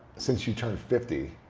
since you turned fifty,